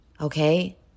okay